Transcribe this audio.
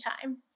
time